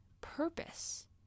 purpose